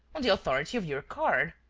on the authority of your card.